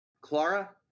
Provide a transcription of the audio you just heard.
Clara